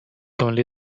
only